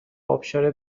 ابشار